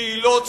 קהילות